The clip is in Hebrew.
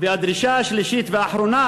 והדרישה השלישית והאחרונה